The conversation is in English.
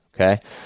Okay